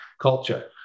culture